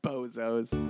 Bozos